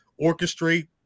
orchestrate